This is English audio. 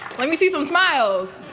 let me see some smiles!